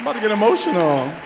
but get emotional.